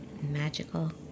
Magical